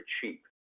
cheap